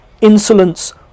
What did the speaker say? insolence